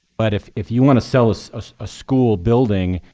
but if if you want to sell a so so ah school building,